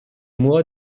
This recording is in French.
moi